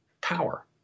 power